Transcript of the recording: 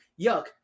yuck